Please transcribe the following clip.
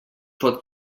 pot